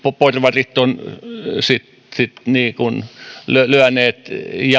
porvarit ovat sitten lyöneet